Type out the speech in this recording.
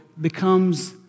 becomes